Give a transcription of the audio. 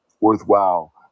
worthwhile